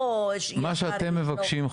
מה שאתם מבקשים,